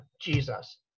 Jesus